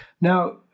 Now